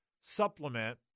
supplement